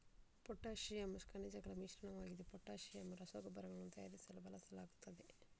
potassium ಖನಿಜಗಳ ಮಿಶ್ರಣವಾಗಿದ್ದು potassium ರಸಗೊಬ್ಬರಗಳನ್ನು ತಯಾರಿಸಲು ಬಳಸಲಾಗುತ್ತದೆ